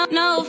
no